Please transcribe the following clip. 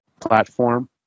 platform